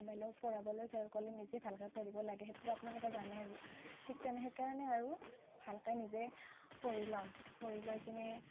বেলেগক পঢ়াবৰ নিজে ভালকৈ পঢ়িব লাগে সেইটোতো আপোনালোকে জানে আৰু ঠিক সেইকাৰণে আৰু ভালকৈ নিজে পঢ়ি ল'ম পঢ়ি লৈ কিনে